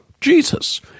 Jesus